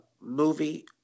movie